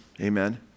amen